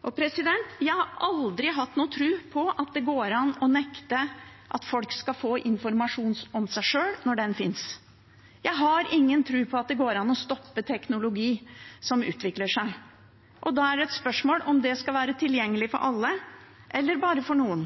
Jeg har aldri hatt noen tro på at det går an å nekte at folk skal få informasjon om seg sjøl, når den finnes. Jeg har ingen tro på at det går an å stoppe teknologi som utvikler seg. Da er det et spørsmål om det skal være tilgjengelig for alle, eller bare for noen.